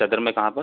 सदर में कहाँ पर